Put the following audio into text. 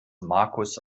markus